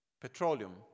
Petroleum